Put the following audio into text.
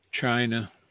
China